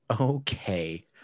okay